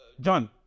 John